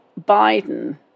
Biden